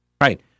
Right